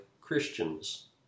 Christians